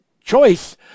choice